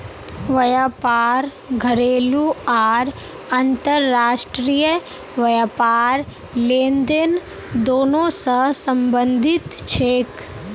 व्यापार घरेलू आर अंतर्राष्ट्रीय व्यापार लेनदेन दोनों स संबंधित छेक